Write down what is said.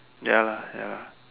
ya lah ya lah